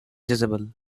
jezebel